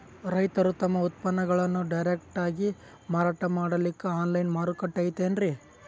ರೈತರು ತಮ್ಮ ಉತ್ಪನ್ನಗಳನ್ನು ಡೈರೆಕ್ಟ್ ಆಗಿ ಮಾರಾಟ ಮಾಡಲಿಕ್ಕ ಆನ್ಲೈನ್ ಮಾರುಕಟ್ಟೆ ಐತೇನ್ರೀ?